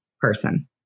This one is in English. person